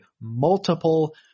multiple